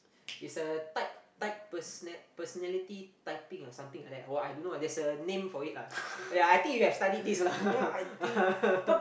it's a type type personal~ personality typing or something like that or I don't know there's a name for it lah ya I think you have studied this lah